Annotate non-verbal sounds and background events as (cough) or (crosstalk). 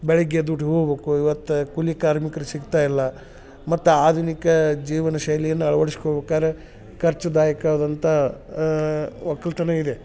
ಬೆಳಗ್ಗೆದ್ದು (unintelligible) ಹೋಗ್ಬೇಕು ಇವತ್ತು ಕೂಲಿ ಕಾರ್ಮಿಕರು ಸಿಗ್ತಾ ಇಲ್ಲ ಮತ್ತು ಆಧುನಿಕ ಜೀವನಶೈಲಿಯನ್ನ ಅಳ್ವಡ್ಶ್ಕೊಬೇಕಾರೆ ಖರ್ಚುದಾಯಕವಾದಂಥ ಒಕ್ಕಲ್ತನ ಇದೆ